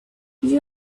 you